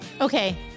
Okay